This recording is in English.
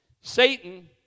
Satan